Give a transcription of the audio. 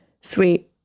sweet